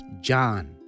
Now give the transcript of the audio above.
John